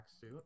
suit